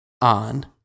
on